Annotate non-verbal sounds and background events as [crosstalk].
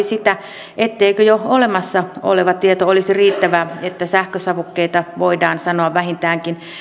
[unintelligible] sitä etteikö jo olemassa oleva tieto olisi riittävää että sähkösavukkeita voidaan sanoa vähintäänkin